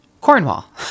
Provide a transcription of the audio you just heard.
Cornwall